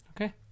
okay